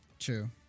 true